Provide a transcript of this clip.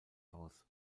aus